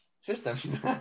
system